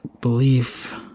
belief